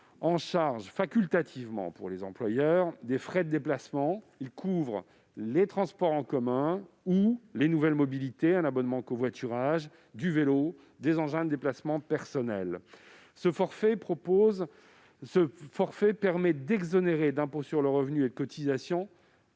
en charge facultative par les employeurs des frais de déplacement de leurs employés par les transports en commun ou les nouvelles mobilités- abonnement de covoiturage, vélo, engins de déplacement personnel. Ce forfait est exonéré d'impôt sur le revenu et de cotisations